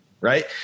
Right